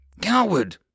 Coward